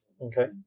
Okay